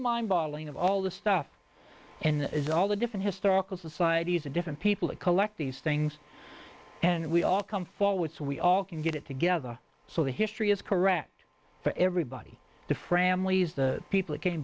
mind boggling of all the stuff and it's all the different historical societies and different people that collect these things and we all come forward so we all can get it together so the history is correct for everybody to framley as the people who came